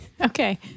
Okay